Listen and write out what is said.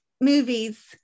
movies